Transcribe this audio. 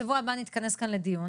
בשבוע הבא אנחנו נתכנס כאן לדיון,